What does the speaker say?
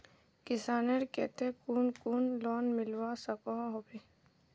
किसानेर केते कुन कुन लोन मिलवा सकोहो होबे?